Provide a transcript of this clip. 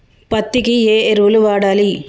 పత్తి కి ఏ ఎరువులు వాడాలి?